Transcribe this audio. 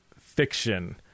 fiction